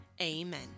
Amen